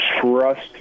trust